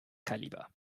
kaliber